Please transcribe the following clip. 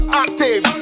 active